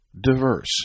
diverse